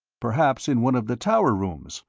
perhaps in one of the tower rooms,